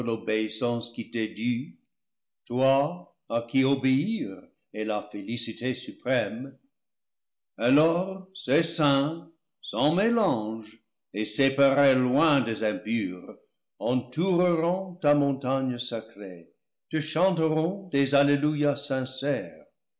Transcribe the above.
qui t'est due toi à qui obéir est la féli cité suprême alors ces saints sans mélange et séparés loin des impurs entoureront ta montagne sacrée te chanteront des alleluia sincères